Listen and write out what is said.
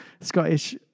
Scottish